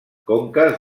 conques